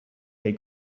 they